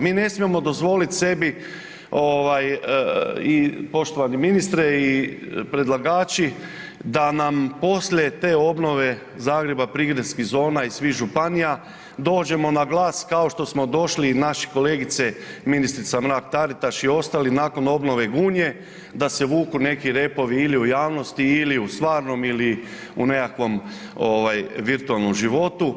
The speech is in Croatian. Mi ne smijemo dozvoliti sebi, poštovani ministre i predlagači da nam poslije te obnove Zagreba, prigradskih zona i svih županija dođemo na glas kao što smo došli i naše kolegice i ministrica Mrak Taritaš i ostali nakon obnove Gunje da se vuku neki repovi ili u javnosti ili u stvarnom ili u nekakvom virtualnom životu.